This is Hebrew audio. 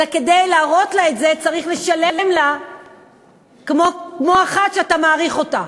כדי להראות לה את זה צריך לשלם לה כמו לאחת שאתה מעריך אותה.